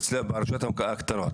אצלנו ברשויות הקטנות.